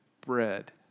bread